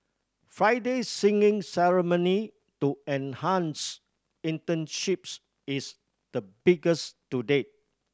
Friday's signing ceremony to enhance internships is the biggest to date